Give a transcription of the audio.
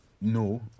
no